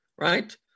right